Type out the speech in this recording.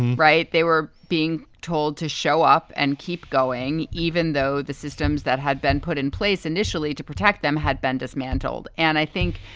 right. they were being told to show up and keep going, even though the systems that had been put in place initially to protect them had been dismantled. and i think,